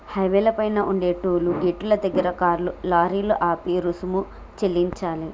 హైవేల పైన ఉండే టోలు గేటుల దగ్గర కార్లు, లారీలు ఆపి రుసుము చెల్లించాలే